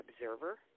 observer